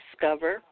discover